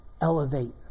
elevate